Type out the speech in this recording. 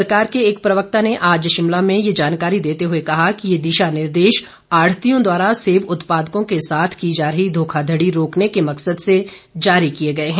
सरकार के एक प्रवक्ता ने आज शिमला में ये जानकारी देते हुए कहा कि ये दिशा निर्देश आढ़तियों द्वारा सेब उत्पादकों के साथ की जा रही धोखाधड़ी रोकने के मकसद से जारी किए गए हैं